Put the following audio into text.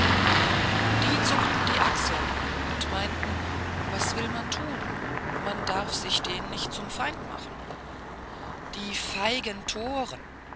die zuckten die achseln und meinten was will man tun man darf sich den nicht zum feind machen die feigen toren